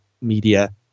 media